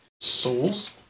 souls